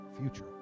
future